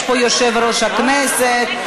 יש פה יושב-ראש הכנסת,